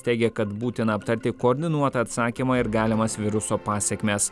teigia kad būtina aptarti koordinuotą atsakymą ir galimas viruso pasekmes